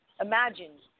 imagine